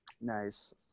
Nice